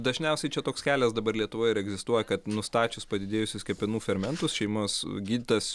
dažniausiai čia toks kelias dabar lietuvoje egzistuoja kad nustačius padidėjusius kepenų fermentus šeimos gydytojas